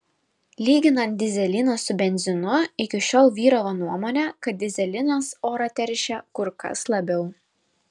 lyginant dyzeliną su benzinu iki šiol vyravo nuomonė kad dyzelinas orą teršia kur kas labiau